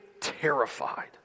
terrified